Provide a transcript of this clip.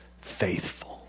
faithful